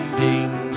Ding